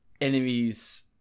enemies